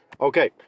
Okay